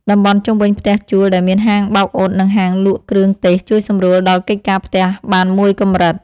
តំបន់ជុំវិញផ្ទះជួលដែលមានហាងបោកអ៊ុតនិងហាងលក់គ្រឿងទេសជួយសម្រួលដល់កិច្ចការផ្ទះបានមួយកម្រិត។